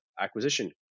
acquisition